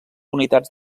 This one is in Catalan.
unitats